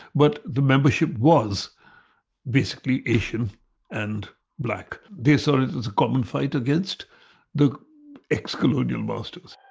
but the membership was basically asian and black. they saw it as a common fight against the ex-colonial masters